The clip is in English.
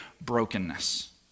brokenness